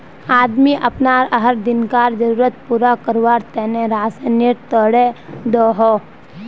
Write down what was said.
आदमी अपना हर दिन्कार ज़रुरत पूरा कारवार तने राशान तोड़े दोहों